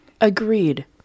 agreed